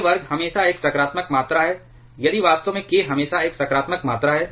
k वर्ग हमेशा एक सकारात्मक मात्रा है यदि वास्तव में k हमेशा एक सकारात्मक मात्रा है